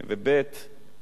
לא ויתרו.